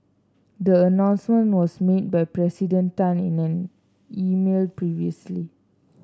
the announcement was made by President Tan in an email previously